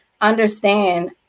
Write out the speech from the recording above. understand